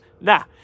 Nah